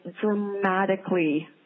dramatically